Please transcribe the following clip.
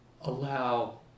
allow